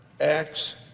acts